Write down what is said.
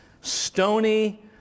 stony